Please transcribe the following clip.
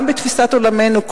גם בתפיסת עולמנו,